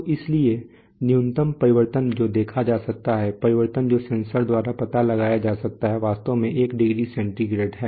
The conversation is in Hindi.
तो इसलिए न्यूनतम परिवर्तन जो देखा जा सकता है परिवर्तन जो सेंसर द्वारा पता लगाया जा सकता है वास्तव में एक डिग्री सेंटीग्रेड है